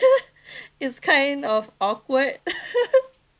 it's kind of awkward